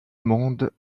monde